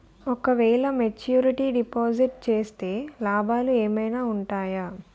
ఓ క వేల maturity deposit చేస్తే లాభాలు ఏమైనా ఉంటాయా?